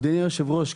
אדוני היושב-ראש,